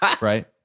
Right